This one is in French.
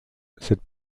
cette